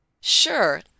Sure